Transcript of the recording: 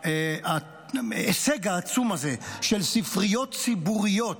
ההישג העצום הזה של ספריות ציבוריות,